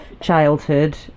childhood